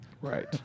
Right